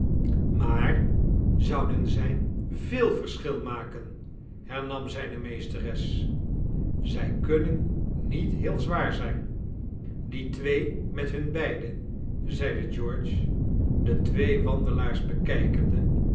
maar zouden zij veel verschil maken hernam zijne meesteres zij kunnen niet heel zwaar zijn die twee met hun beiden zeide george de twee wandelaars bekijkende